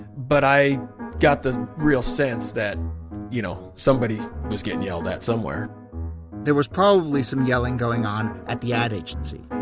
but, i got the real sense that you know someone was getting yelled at somewhere there was probably some yelling going on at the ad agency.